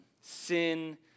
Sin